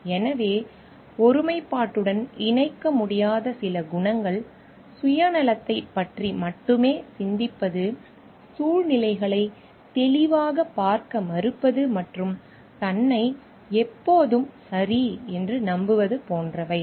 எனவே ஒருமைப்பாட்டுடன் இணைக்க முடியாத சில குணங்கள் சுயநலத்தைப் பற்றி மட்டுமே சிந்திப்பது சூழ்நிலைகளைத் தெளிவாகப் பார்க்க மறுப்பது மற்றும் தன்னை எப்போதும் சரி என்று நம்புவது போன்றவை